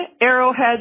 Arrowhead